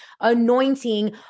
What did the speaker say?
anointing